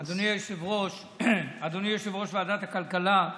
אדוני יושב-ראש ועדת הכלכלה,